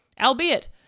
Albeit